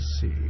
see